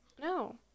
No